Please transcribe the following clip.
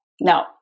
No